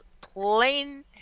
Plain